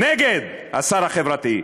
נגד, השר החברתי.